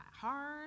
hard